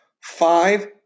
five